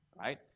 right